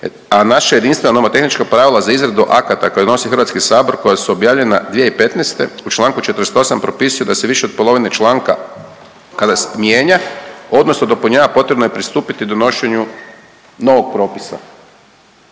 a naše jedinstveno nomotehničko pravilo za izradu akata koje donosi HS koja su objavljena 2015. u čl. 48. propisuju da se više od polovine članka kada se mijenja odnosno dopunjava potrebno je pristupiti donošenju novog propisa,